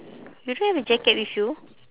you don't have a jacket with you